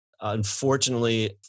Unfortunately